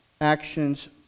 actions